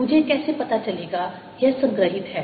मुझे कैसे पता चलेगा यह संग्रहीत है